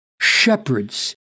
shepherds